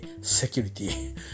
security